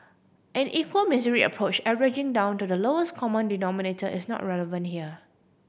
an equal misery approach averaging down to the lowest common denominator is not relevant here